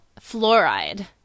fluoride